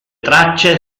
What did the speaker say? tracce